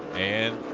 and